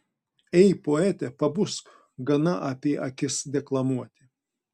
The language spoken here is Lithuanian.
ei poete pabusk gana apie akis deklamuoti